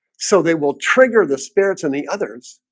so they will trigger the spirits and the others